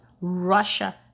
Russia